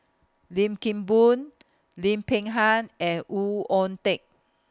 Lim Kim Boon Lim Peng Han and Oon Teik